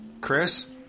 Chris